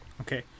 Okay